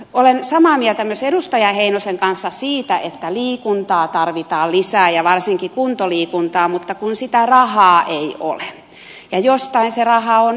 olen samaa mieltä edustaja heinosen kanssa myös siitä että liikuntaa tarvitaan lisää ja varsinkin kuntoliikuntaa mutta kun sitä rahaa ei ole ja jostain se raha on otettava